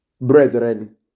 Brethren